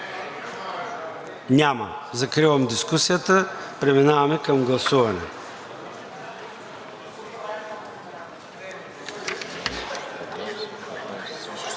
Няма. Закривам дискусията, преминаваме към гласуване.